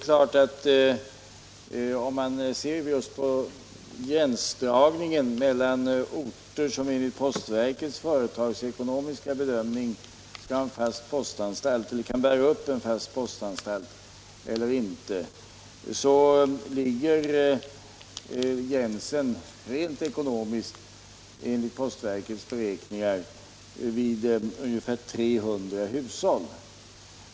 När det gäller att avgöra vilka orter som enligt postverkets företagsekonomiska bedömningar kan bära upp en fast postanstalt ligger gränsen rent ekonomiskt enligt postverkets beräkningar vid ungefär 300 hushåll.